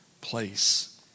place